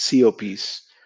COPs